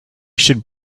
should